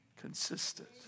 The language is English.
consistent